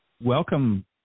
Welcome